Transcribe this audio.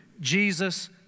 Jesus